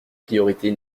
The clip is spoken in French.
priorités